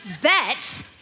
bet